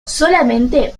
solamente